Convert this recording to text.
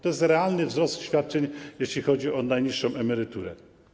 To jest realny wzrost świadczeń, jeśli chodzi o najniższą emeryturę.